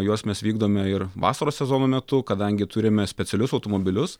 juos mes vykdome ir vasaros sezono metu kadangi turime specialius automobilius